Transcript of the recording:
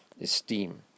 esteem